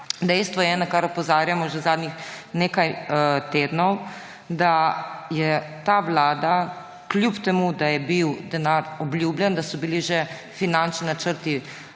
Dejstvo je, na kar opozarjamo že zadnjih nekaj tednov, da je ta vlada, kljub temu da je bil denar obljubljen, da so bili že finančni načrti